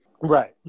Right